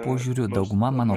požiūriu dauguma mano